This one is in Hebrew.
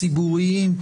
ציבוריים,